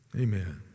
Amen